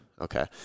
Okay